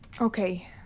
Okay